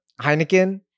heineken